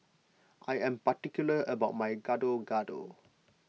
I am particular about my Gado Gado